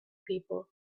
people